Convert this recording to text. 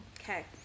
Okay